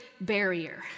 barrier